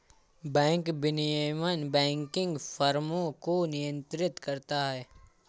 bank विनियमन banking फ़र्मों को नियंत्रित करता है